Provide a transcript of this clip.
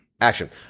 Action